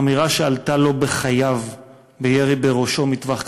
אמירה שעלתה לו בחייו בירי בראשו מטווח קצר.